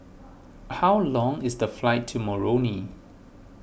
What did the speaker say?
how long is the flight to Moroni